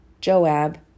Joab